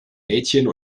mädchen